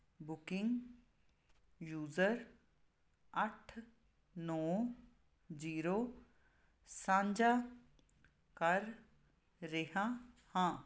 booking user ਅੱਠ ਨੌਂ zero ਸਾਂਝਾ ਕਰ ਰਿਹਾ ਹਾਂ